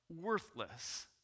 worthless